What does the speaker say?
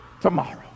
tomorrow